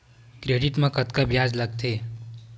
Credit मा कतका ब्याज लगथे?